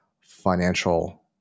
financial